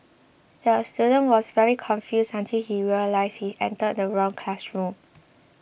the student was very confused until he realised he entered the wrong classroom